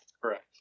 Correct